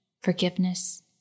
forgiveness